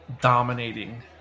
dominating